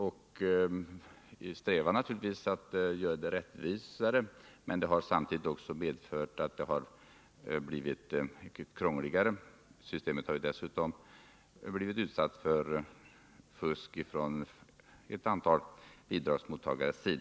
Vi strävar naturligtvis efter att göra det rättvisare, men det har samtidigt också medfört att det har blivit mycket krångligare. Systemet har dessutom blivit utsatt för fusk från ett antal bidragsmottagare.